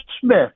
Smith